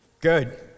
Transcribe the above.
good